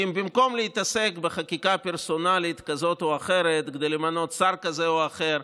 כי במקום להתעסק בחקיקה פרסונלית כזאת או אחרת כדי למנות שר כזה או אחר,